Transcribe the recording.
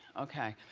okay.